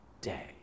day